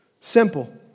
Simple